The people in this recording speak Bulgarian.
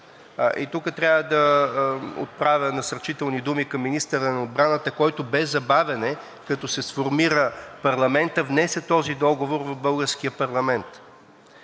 Тук трябва да отправя насърчителни думи към министъра на отбраната, който без забавяне като се сформира парламентът, внесе този договор в българския парламент.